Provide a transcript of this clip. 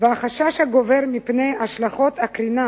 והחשש הגובר מפני השלכות הקרינה